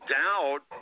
doubt